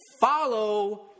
Follow